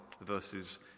Verses